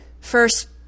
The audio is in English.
first